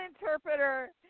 interpreter